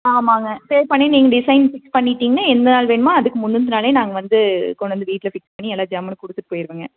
ஆமாங்க பே பண்ணி நீங்கள் டிசைன் ஃபிக்ஸ் பண்ணிவிட்டிங்கனா எந்த நாள் வேணுமோ அதுக்கு முந்தின நாளே நாங்கள் வந்து கொண்டு வந்து வீட்டில் ஃபிக்ஸ் பண்ணி எல்லாம் ஜம்முனு கொடுத்துட்டு போயிடுவோங்க